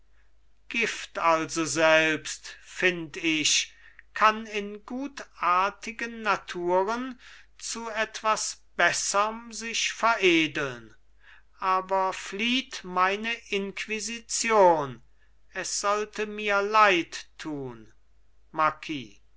gift also selbst find ich kann in gutartigen naturen zu etwas besserm sich veredeln aber flieht meine inquisition es sollte mir leid tun